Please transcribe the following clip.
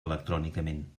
electrònicament